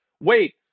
Wait